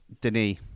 Denis